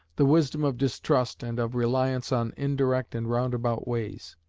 the wisdom of distrust and of reliance on indirect and roundabout ways.